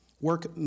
Work